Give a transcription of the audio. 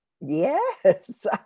Yes